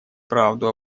правду